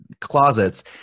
closets